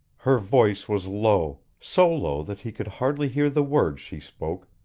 her voice was low, so low that he could hardly hear the words she spoke,